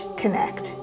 connect